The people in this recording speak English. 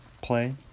play